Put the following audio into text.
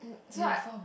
so I